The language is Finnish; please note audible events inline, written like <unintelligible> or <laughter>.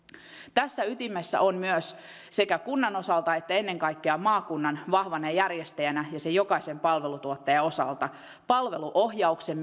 tässä ytimessä on myös sekä kunnan osalta että ennen kaikkea maakunnan osalta vahvana järjestäjänä ja sen jokaisen palveluntuottajan osalta palveluohjauksen <unintelligible>